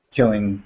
Killing